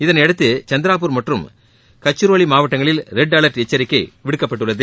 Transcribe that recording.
இதனையடுத்து சந்திராப்பூர் மற்றும் கச்சிரோலி மாவட்டங்களில் ரெட் அவர்ட் எச்சரிக்கை விடுக்கப்பட்டுள்ளது